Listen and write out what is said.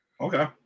Okay